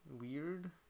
weird